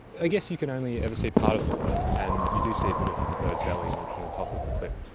i guess you can only ever see part of the world, and you do see a bit of the bird's belly and in the top of the clip,